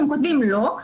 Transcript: הם כותבים לא,